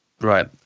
Right